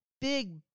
Big